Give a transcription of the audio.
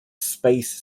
space